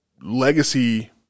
legacy